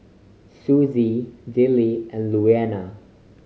Susie Dillie and Louanna